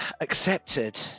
accepted